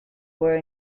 were